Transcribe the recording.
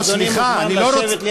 לא, סליחה, אני לא רוצה.